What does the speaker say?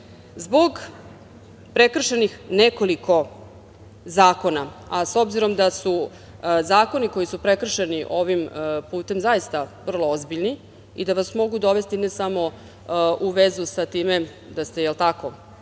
zbog prekršenih nekoliko zakona.S obzirom da su zakoni koji su prekršeni ovim putem zaista vrlo ozbiljni i da vas mogu dovesti ne samo u vezu sa time da ste možda